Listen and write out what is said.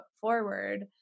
forward